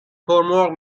مرغ